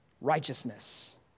righteousness